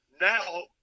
now